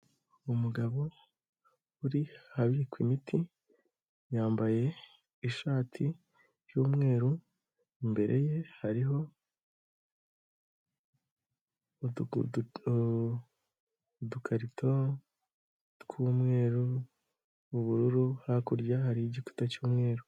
Umugabo uri ahabikwa imiti, yambaye ishati y'umweru, imbere ye hariho udukarito tw'umweru, ubururu, hakurya hari igikuta cy'umweru.